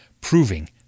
proving